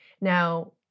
Now